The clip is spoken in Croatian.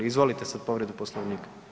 Izvolite sad povredu Poslovnika.